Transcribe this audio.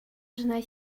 жена